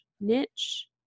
niche